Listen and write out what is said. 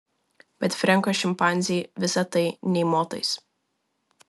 bet frenko šimpanzei visa tai nė motais